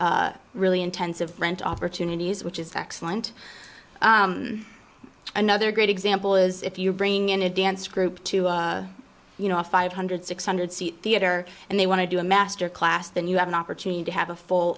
renting really intensive rent opportunities which is excellent another great example is if you're bringing in a dance group to you know off five hundred six hundred seat theater and they want to do a master class then you have an opportunity to have a full